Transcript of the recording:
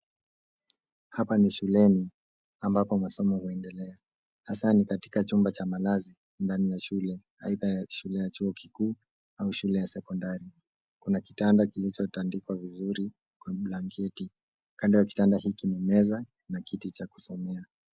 Hapa ni shuleni ambapo masomo huendela, hasa ni katika chumba cha malazi ndani ya shule, aidha shule kikuu au shule ya sekondari. Kuna kitanda kilichotandikwa vizuri kwa banketi. Kando ya kitanda hiki ni meza na kiti cha kusomea.